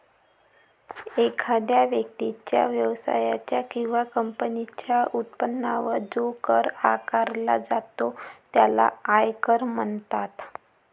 एखाद्या व्यक्तीच्या, व्यवसायाच्या किंवा कंपनीच्या उत्पन्नावर जो कर आकारला जातो त्याला आयकर म्हणतात